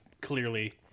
clearly